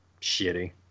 shitty